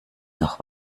noch